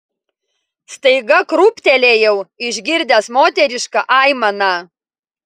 staiga krūptelėjau išgirdęs moterišką aimaną